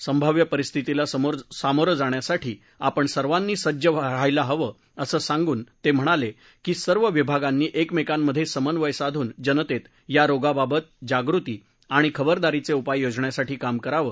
संभाव्य परिस्थितीला सामोरं जाण्यासाठी आपण सर्वांनी सज्ज रहायला हवं असं सांगून ते म्हणाले की सर्व विभागांनी एकमेकांमध्ये समन्वय साधून जनतेत या रोगाबाबत जागृती आणि खबरदारीचे उपाय योजण्यासाठी काम करावं